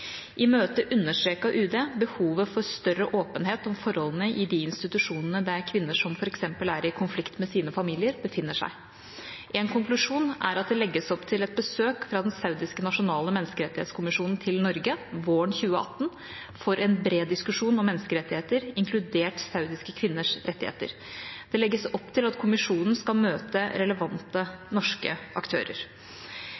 I møtet understreket UD behovet for større åpenhet om forholdene i de institusjonene der kvinner som f.eks. er i konflikt med sine familier, befinner seg. En konklusjon er at det legges opp til et besøk fra den saudiske nasjonale menneskerettighetskommisjonen til Norge våren 2018 for en bred diskusjon om menneskerettigheter, inkludert saudiske kvinners rettigheter. Det legges opp til at kommisjonen skal møte relevante